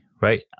Right